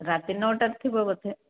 ରାତି ନଅଟାରେ ଥିବ ବୋଧେ